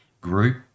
group